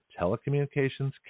telecommunications